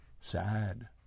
Sad